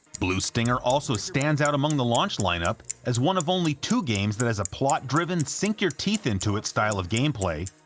blue stinger also stands out amongst the launch lineup as one of only two games that has a plot-driven, sink-your-teeth-into-it style of gameplay,